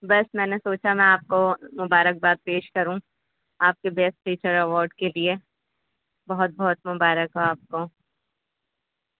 بس میں نے سوچا میں آپ کو مبارک باد پیش کروں آپ کے بیسٹ ٹیچر اوارڈ کے لیے بہت بہت مبارک ہو آپ کو